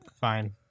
Fine